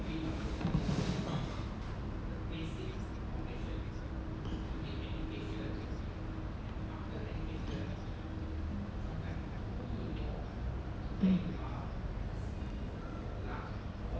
mm